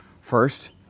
First